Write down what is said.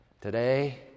Today